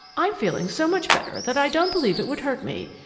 i'm feeling so much better that i don't believe it would hurt me,